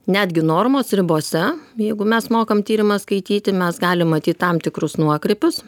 netgi normos ribose jeigu mes mokam tyrimą skaityti mes galim matyt tam tikrus nuokrypius